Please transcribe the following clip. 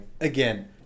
Again